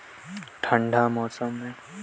आलू ला कोन मौसम मा लगाबो?